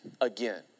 again